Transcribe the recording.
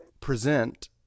present